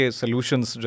solutions